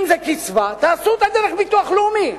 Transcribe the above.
אם זה קצבה, תעשו אותה דרך ביטוח לאומי.